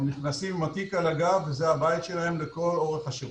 הם נכנסים עם התיק על הגב וזה הבית שלהם לכל אורך השירות.